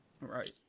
Right